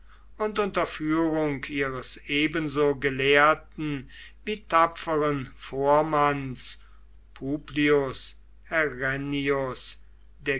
und unter führung ihres ebenso gelehrten wie tapferen vormanns publius